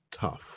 tough